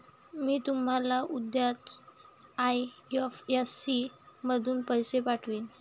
मी तुम्हाला उद्याच आई.एफ.एस.सी मधून पैसे पाठवीन